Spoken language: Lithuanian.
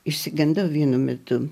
išsigandau vienu metu